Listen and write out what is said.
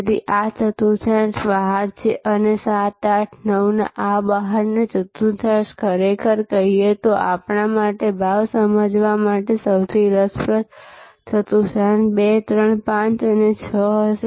તેથી આ ચતુર્થાંશ બહાર છે અને આ 7 8 9 આ બહારના ચતુર્થાંશ ખરેખર કહીએ તો આપણા માટે ભાવ સમજવા માટે સૌથી રસપ્રદ ચતુર્થાંશ 2 3 5 અને 6 હશે